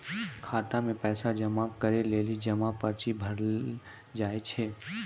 खाता मे पैसा जमा करै लेली जमा पर्ची भरैल लागै छै